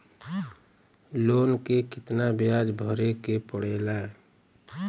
Loan के कितना ब्याज भरे के पड़े ला?